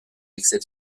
excès